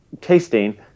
tasting